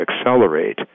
accelerate